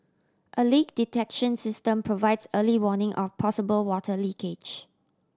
a leak detection system provides early warning of possible water leakage